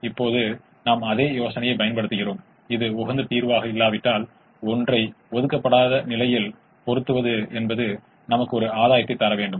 எனவே இது எங்களுக்கு 201 ஐக் கொடுக்கும் சாத்தியம் உள்ளது இதேபோல் 33 விருப்பம் எங்களுக்கு 9 12 21 9 9 18 ஐக் கொடுக்கும்